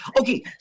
Okay